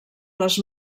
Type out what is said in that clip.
les